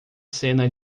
cena